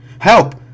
Help